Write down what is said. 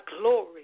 glory